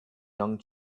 young